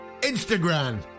Instagram